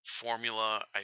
Formula